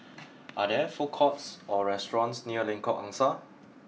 are there food courts or restaurants near Lengkok Angsa